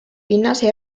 pinnase